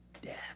death